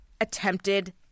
attempted